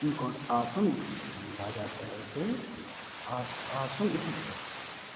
हुनकर आसन उठय छलनि राजा साहेबके आओर आसन उठय छलनि